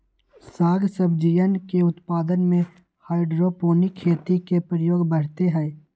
साग सब्जियन के उत्पादन में हाइड्रोपोनिक खेती के प्रयोग बढ़ते हई